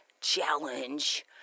Challenge